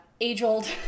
age-old